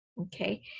Okay